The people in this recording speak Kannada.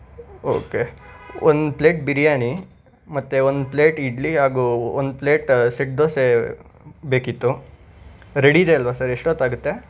ಓಕೆ ಒಂದು ಪ್ಲೇಟ್ ಬಿರ್ಯಾನಿ ಮತ್ತು ಒಂದು ಪ್ಲೇಟ್ ಇಡ್ಲಿ ಹಾಗೂ ಒಂದು ಪ್ಲೇಟ್ ಸೆಟ್ ದೋಸೆ ಬೇಕಿತ್ತು ರೆಡಿ ಇದೆ ಅಲ್ವಾ ಸರ್ ಎಷ್ಟೊತ್ತಾಗುತ್ತೆ